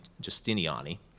Justiniani